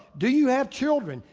do you have children?